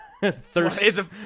thirst